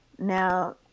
Now